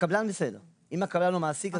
הקבלן בסדר, אם הקבלן הוא המעסיק.